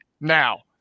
Now